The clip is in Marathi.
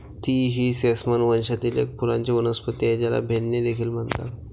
तीळ ही सेसमम वंशातील एक फुलांची वनस्पती आहे, ज्याला बेन्ने देखील म्हणतात